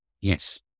Yes